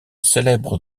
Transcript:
célèbre